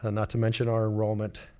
and not to mention our enrollment